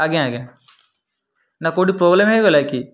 ଆଜ୍ଞା ଆଜ୍ଞା ନା କେଉଁଠି ପ୍ରୋବ୍ଲେମ୍ ହେଇଗଲା କି